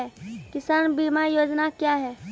किसान बीमा योजना क्या हैं?